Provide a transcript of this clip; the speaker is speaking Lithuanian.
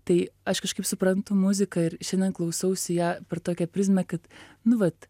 tai aš kažkaip suprantu muziką ir šiandien klausausi ją per tokią prizmę kad nu vat